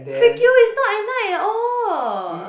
freak you is not at night at all